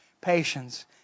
patience